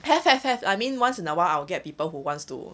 have have have I mean once in awhile I'll get people who wants to